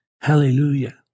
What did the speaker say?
Hallelujah